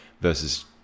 versus